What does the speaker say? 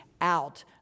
out